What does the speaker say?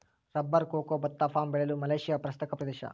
rubber cocoa ಭತ್ತ palm ಬೆಳೆಯಲು Malaysia ಪ್ರಸಕ್ತ ಪ್ರದೇಶ